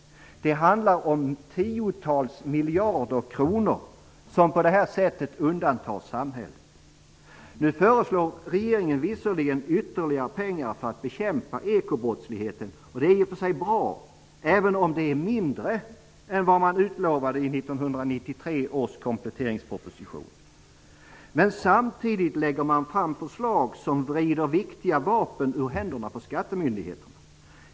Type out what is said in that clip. Det handlar om tiotals miljarder kronor som på detta sätt undandras samhället. Nu föreslår regeringen visserligen ytterligare pengar för bekämpning av ekobrottsligheten. Och det är i och för sig bra, även om det är mindre än vad man utlovade i 1993 års kompletteringsproposition. Men samtidigt lägger man fram förslag som vrider viktiga vapen ur händerna på skattemyndigheterna.